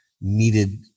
needed